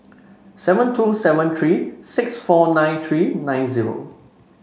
seven two seven three six four nine three nine zero